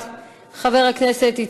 בכנסת.